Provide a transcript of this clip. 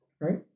Right